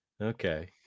okay